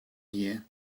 here